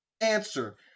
Answer